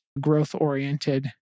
growth-oriented